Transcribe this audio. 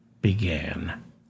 began